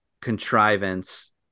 contrivance